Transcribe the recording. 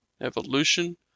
evolution